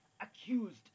Accused